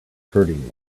hurting